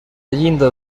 llinda